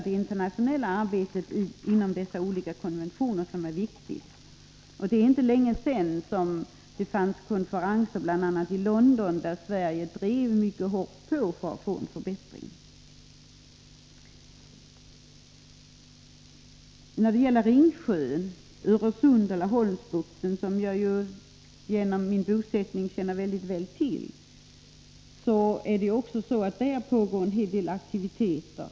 Det internationella arbetet inom de olika konventionerna är alltså viktigt. Det är inte länge sedan som det hölls konferenser bl.a. i London, där Sverige mycket hårt drev på för att få en förbättring. När det gäller Ringsjön, Öresund och Laholmsbukten, som jag genom min bosättning känner väl till, pågår det en hel del aktiviteter.